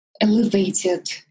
elevated